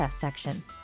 section